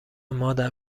مادر